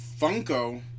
Funko